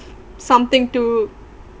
something to